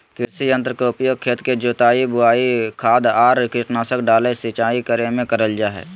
कृषि यंत्र के उपयोग खेत के जुताई, बोवनी, खाद आर कीटनाशक डालय, सिंचाई करे मे करल जा हई